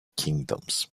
kingdoms